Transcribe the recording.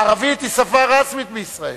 הערבית היא שפה רשמית בישראל,